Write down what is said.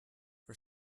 for